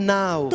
now